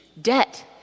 debt